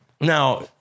Now